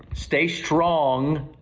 stay strong.